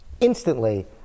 instantly